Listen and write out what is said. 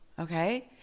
okay